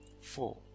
Four